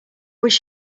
wish